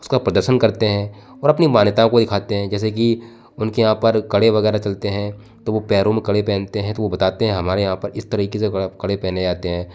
उसका प्रदर्शन करते हैं और अपनी मान्यताओं को देखते है जैसे की उनके यहाँ पर कड़े वगैरह चलते है तो वो पैरों में कड़े पहनते हैं तो वो बताते है हमारे यहाँ पर इस तरीके से कड़े पहने जाते हैं